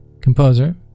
composer